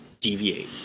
deviate